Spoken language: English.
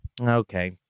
Okay